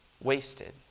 wasted